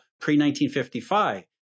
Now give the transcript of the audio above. pre-1955